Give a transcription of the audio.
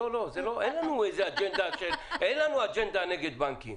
אין לנו איזו אג'נדה נגד בנקים.